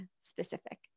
specific